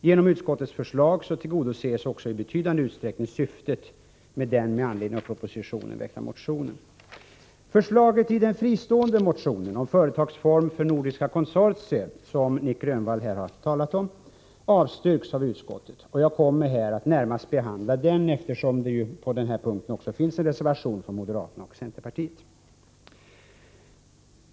Genom utskottets förslag tillgodoses i betydande utsträckning syftet med den med anledning av propositionen väckta motionen. Förslaget i den fristående motionen om en företagsform för nordiska konsortier, som Nic Grönvall här har talat om, avstyrks av utskottet. Jag kommer här närmast att behandla denna fråga, eftersom det på denna punkt också finns en reservation från moderaterna och centerpartiet.